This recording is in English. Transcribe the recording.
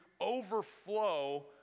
overflow